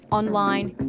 online